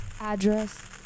address